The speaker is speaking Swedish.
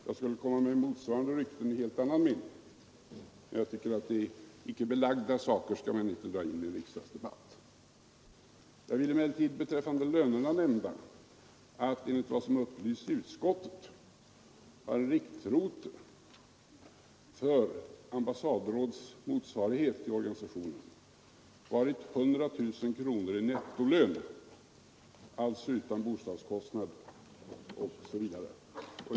Jag skulle kunna återge motsvarande rykten i en helt annan riktning, men jag tycker att man inte skall dra in icke belagda uppgifter i en riksdagsdebatt. Jag vill emellertid beträffande lönerna nämna att, enligt vad som upplyses i utskottet, en riktpunkt för ambassadråds motsvarighet i organisationen har varit 100 000 kronor i nettolön, alltså utom bostadskostnad osv.